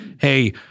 hey